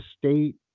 state